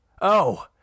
Oh